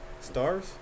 Stars